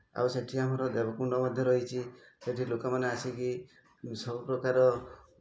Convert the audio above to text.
ଆଉ ସେଠି ଆମର ଦେବକୁଣ୍ଡ ମଧ୍ୟ ରହିଛି ସେଠି ଲୋକମାନେ ଆସିକି ସବୁ ପ୍ରକାର